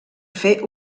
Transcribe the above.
fer